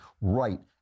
right